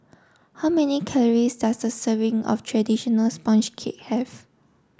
how many calories does a serving of traditional sponge cake have